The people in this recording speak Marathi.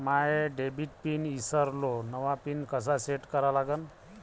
माया डेबिट पिन ईसरलो, नवा पिन कसा सेट करा लागन?